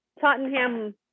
Tottenham